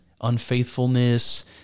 unfaithfulness